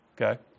Okay